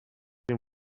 been